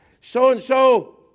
So-and-so